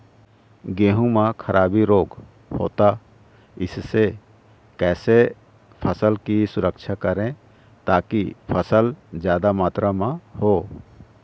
गेहूं म खराबी रोग होता इससे कैसे फसल की सुरक्षा करें ताकि फसल जादा मात्रा म हो?